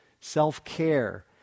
self-care